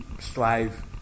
strive